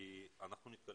כמו שעשו